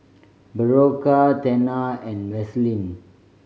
Berocca Tena and Vaselin